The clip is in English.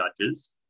judges